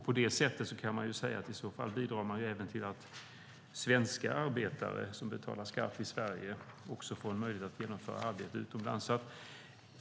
På det sättet kan man säga att det i så fall även bidrar till att svenska arbetare, som betalar skatt i Sverige, får möjlighet att genomföra arbete utomlands.